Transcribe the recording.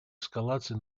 эскалации